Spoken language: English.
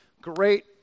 great